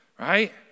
right